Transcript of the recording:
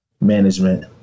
management